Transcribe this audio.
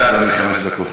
אתה מנהל הדיון,